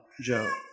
Joe